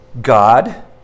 God